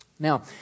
Now